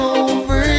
over